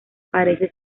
parece